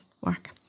work